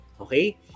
Okay